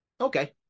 Okay